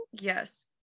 yes